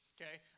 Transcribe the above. okay